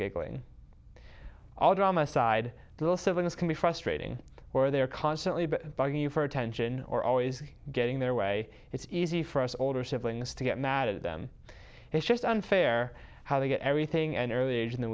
giggling all drama side that also when it can be frustrating or they're constantly but bugging you for attention or always getting their way it's easy for us all or siblings to get mad at them it's just unfair how they get everything an early age and then